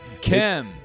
Kim